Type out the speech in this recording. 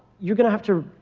you're going to have to,